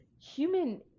human